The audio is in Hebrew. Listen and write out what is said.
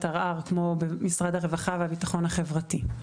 ערר כמו במשרד הרווחה והביטחון החברתי.